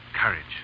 Courage